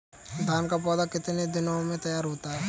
धान का पौधा कितने दिनों में तैयार होता है?